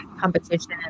competition